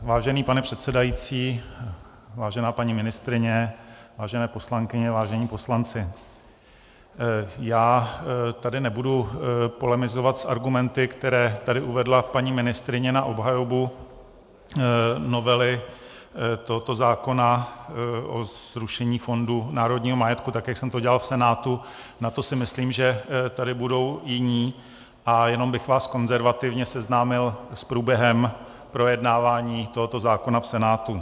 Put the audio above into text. Vážený pane předsedající, vážená paní ministryně, vážené poslankyně, vážení poslanci, já tady nebudu polemizovat s argumenty, které tady uvedla paní ministryně na obhajobu novely tohoto zákona o zrušení Fondu národního majetku, tak, jak jsem to dělal v Senátu, na to si myslím, že tady budou jiní, a jenom bych vás konzervativně seznámil s průběhem projednávání tohoto zákona v Senátu.